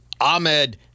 Ahmed